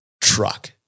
truck